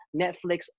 Netflix